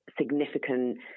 significant